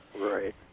Right